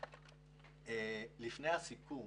לפני הסיכום